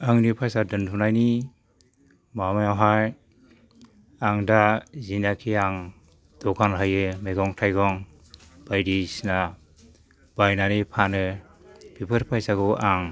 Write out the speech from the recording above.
आंनि फैसा दोनहरनायनि माबायावहाय आं दा जिनाखि आं दखान होयो मैगं थाइगं बायदिसिना बायनानै फानो बेफोर फैसाखौ आं